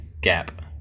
gap